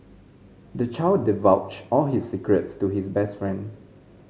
the child divulged all his secrets to his best friend